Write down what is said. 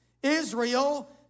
Israel